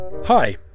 Hi